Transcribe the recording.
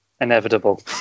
inevitable